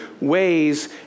ways